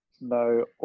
No